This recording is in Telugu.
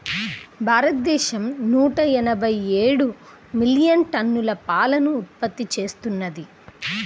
భారతదేశం నూట ఎనభై ఏడు మిలియన్ టన్నుల పాలను ఉత్పత్తి చేస్తున్నది